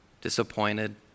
disappointed